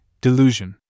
delusion